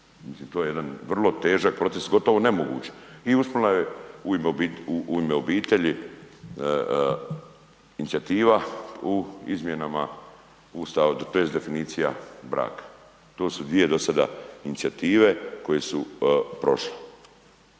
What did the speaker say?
to je jedan vrlo težak proces, gotovo nemoguće. I … je „U ime obitelji“ inicijativa u izmjenama Ustava tj. definicija braka, to su dvije do sada inicijative koje su prošle.